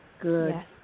good